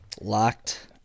locked